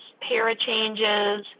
para-changes